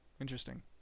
Interesting